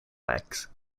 legs